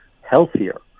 healthier